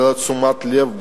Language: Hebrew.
היעדר תשומת לב.